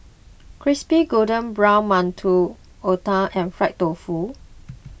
Crispy Golden Brown Mantou Otah and Fried Tofu